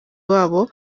wabo